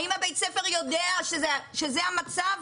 האם הבית ספר יודע שזה המצב?